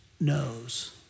knows